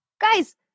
Guys